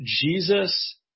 Jesus